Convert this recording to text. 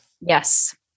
Yes